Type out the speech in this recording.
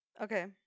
Okay